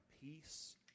peace